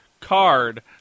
card